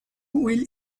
will